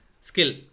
Skill